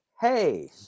hey